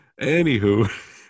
Anywho